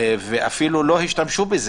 אפילו לא השתמשו בו.